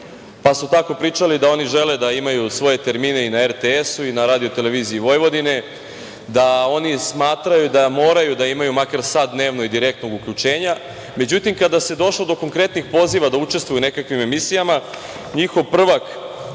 pa su tako pričali da oni žele da imaju svoje termine i na RTS i na RTV, da oni smatraju da moraju da imaju makar sat dnevno direktnog uključenja. Kada se došlo do konkretnih poziva da učestvuju u nekakvim emisijama, njihov prvak